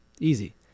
Easy